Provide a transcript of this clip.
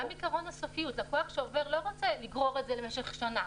גם עיקרון הסופיות לקוח שעובר לא רוצה לגרור את זה למשך שנה.